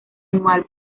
anual